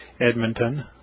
Edmonton